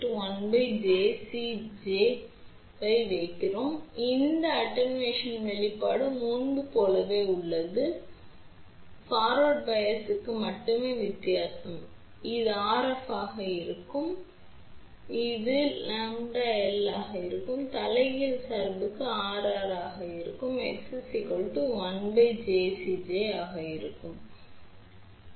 எனவே விழிப்புணர்வு வெளிப்பாடு முன்பு போலவே உள்ளது முன்னோக்கி சார்புக்கு மட்டுமே வித்தியாசம் இது Rf ஆக இருக்கும் இது L ஆக இருக்கும் தலைகீழ் சார்புக்கு இது Rr ஆக இருக்கும் இது X 1 jCj ஆக இருக்கும்